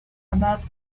about